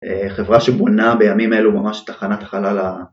חברה שבונה בימים אלה הוא ממש תחנת החלל ה...